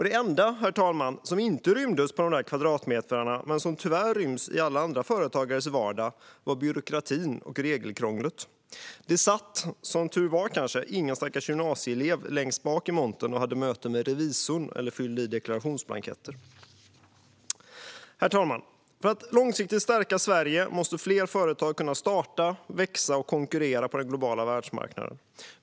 Det enda, herr talman, som inte rymdes på kvadratmeterna, men som tyvärr ryms i alla andra företagares vardag, var byråkratin och regelkrånglet. Det satt, som tur var, ingen stackars gymnasielev längst bak i montern och hade möte med revisorn eller fyllde i deklarationsblanketter. Herr talman! För att långsiktigt stärka Sverige måste fler företag kunna starta, växa och konkurrera på den globala världsmarknaden.